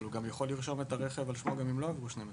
אבל הוא יכול לרשום את הרכב על שמו גם אם לא עברו 12 חודשים.